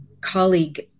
colleague